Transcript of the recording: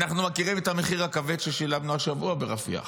אנחנו מכירים את המחיר הכבד ששילמנו השבוע ברפיח.